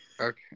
Okay